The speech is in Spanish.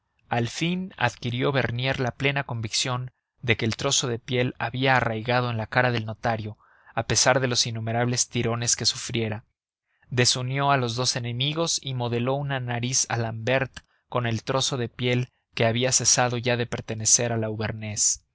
al fin adquirió bernier la plena convicción de que el trozo de piel había arraigado en la cara del notario a pesar de los innumerables tirones que sufriera desunió a los dos enemigos y modeló una nariz a l'ambert con el trozo de piel que había cesado ya de pertenecer al auvernés y el